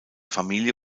familie